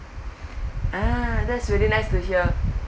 ah that's really nice to hear